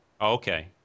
Okay